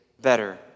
better